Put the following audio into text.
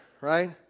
right